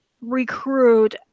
recruit